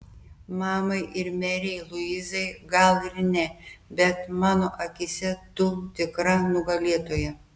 mamai ir merei luizai gal ir ne bet mano akyse tu tikra nugalėtoja